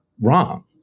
wrong